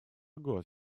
год